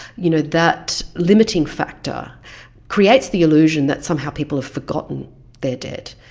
you know, that limiting factor creates the illusion that somehow people have forgotten their dead.